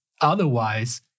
Otherwise